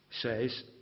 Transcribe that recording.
says